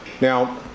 Now